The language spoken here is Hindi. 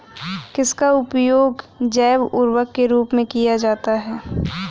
किसका उपयोग जैव उर्वरक के रूप में किया जाता है?